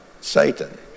Satan